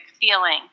feeling